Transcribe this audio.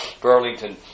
Burlington